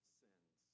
sins